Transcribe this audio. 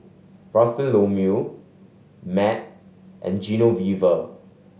Bartholomew Matt and Genoveva